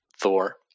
Thor